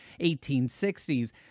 1860s